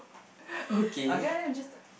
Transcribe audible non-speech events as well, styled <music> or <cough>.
<breath> okay